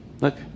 look